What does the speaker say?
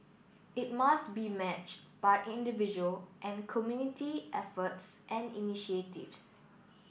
it must be matched by individual and community efforts and initiatives